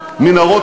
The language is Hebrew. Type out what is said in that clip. מנהרות,